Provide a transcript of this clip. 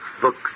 books